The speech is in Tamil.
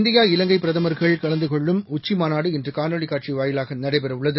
இந்தியா இலங்கை பிரதமர்கள் கலந்து கொள்ளும் உச்சி மாநாடு இன்று காணொலி காட்சி வாயிலாக நடைபெறவுள்ளது